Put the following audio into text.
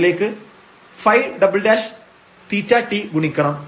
അതിലേക്ക് ɸ"θtഗുണിക്കണം